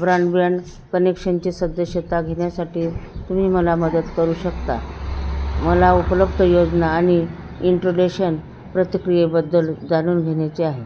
broadband कनेक्शनची सदस्यता घेण्यासाठी तुम्ही मला मदत करू शकता मला उपलब्ध योजना आणि इंट्रोलेशन प्रतिक्रियेबद्दल जाणून घेण्याचे आहे